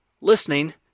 listening